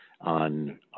on